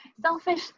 selfish